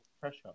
pressure